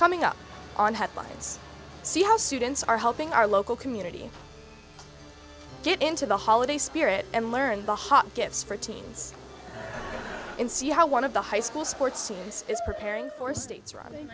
coming up on headlines see how students are helping our local community get into the holiday spirit and learn the hot gifts for teens and see how one of the high school sports teams is preparing for states r